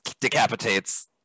decapitates